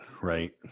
right